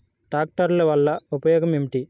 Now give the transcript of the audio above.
ట్రాక్టర్ల వల్ల ఉపయోగం ఏమిటీ?